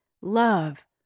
love